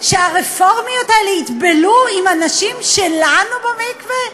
שהרפורמיות האלה יטבלו עם הנשים שלנו במקווה?